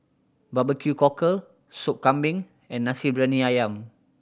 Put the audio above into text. Barbecue cockle Sop Kambing and Nasi Briyani Ayam